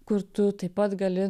kur tu taip pat gali